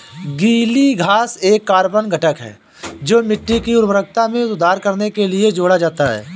गीली घास एक कार्बनिक घटक है जो मिट्टी की उर्वरता में सुधार करने के लिए जोड़ा जाता है